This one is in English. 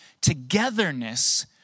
togetherness